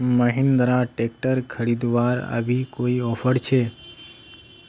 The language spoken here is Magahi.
महिंद्रा ट्रैक्टर खरीदवार अभी कोई ऑफर छे?